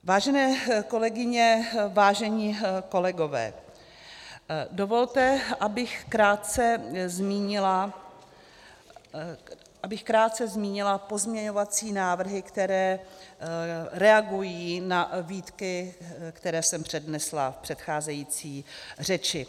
Vážené kolegyně, vážení kolegové, dovolte, abych krátce zmínila pozměňovací návrhy, které reagují na výtky, které jsem přednesla v předcházející řeči.